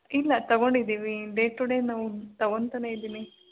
ಇಲ್ಲ ತಗೊಂಡಿದ್ದೀವಿ day to day ನಾವು ತಗೋತಾನೆ ಇದ್ದೀನಿ